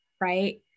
right